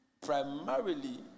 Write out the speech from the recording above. primarily